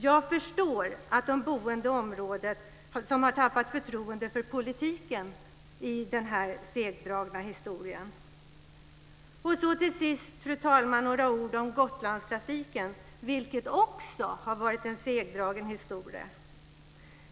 Jag förstår att de boende i området har tappat förtroendet för politiken genom den här segdragna historien. Sedan, fru talman, ska jag säga några ord om Gotlandstrafiken, som också har varit en segdragen historia.